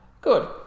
good